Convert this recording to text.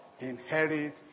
inherit